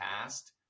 past